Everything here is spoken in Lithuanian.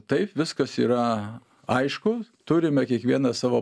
taip viskas yra aišku turime kiekvienas savo